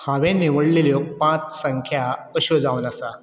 हांवें निवळ्ळेल्यो पांच संख्या अश्यो जावन आसा